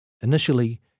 Initially